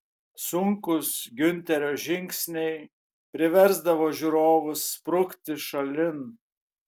sunkūs giunterio žingsniai priversdavo žiūrovus sprukti šalin